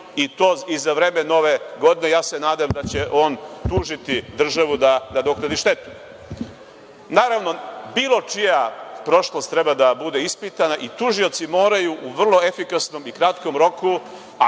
i to za vreme Nove godine. Ja se nadam da će on tužiti državu da nadoknadi štetu. Naravno, bilo čija prošlost treba da bude ispitana i tužioci moraju u vrlo efikasnom i kratkom roku,